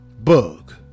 bug